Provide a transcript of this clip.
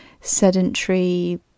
sedentary